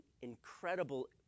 incredible